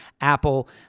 Apple